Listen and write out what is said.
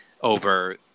over